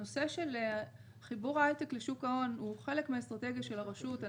הנושא של חיבור ההייטק לשוק ההון הוא חלק מאסטרטגיה של הרשות.